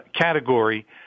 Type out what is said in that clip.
category